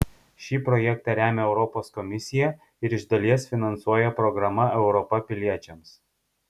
šį projektą remia europos komisija ir iš dalies finansuoja programa europa piliečiams